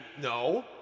no